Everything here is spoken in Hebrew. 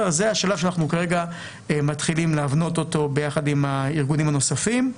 זה השלב שאנחנו כרגע מתחילים להבנות אותו ביחד עם הארגונים הנוספים.